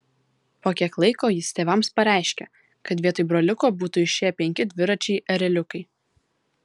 po kiek laiko jis tėvams pareiškė kad vietoj broliuko būtų išėję penki dviračiai ereliukai